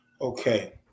Okay